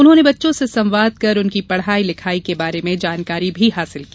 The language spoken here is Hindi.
उन्होंने बच्चों से संवाद कर उनकी पढ़ाई लिखाई के बारे में जानकारी भी हासिल की